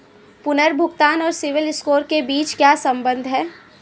पुनर्भुगतान और सिबिल स्कोर के बीच क्या संबंध है?